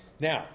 now